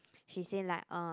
she say like uh